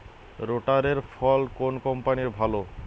রোটারের ফল কোন কম্পানির ভালো?